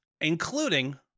including